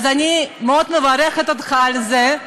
אז אני מאוד מברכת אותך על זה,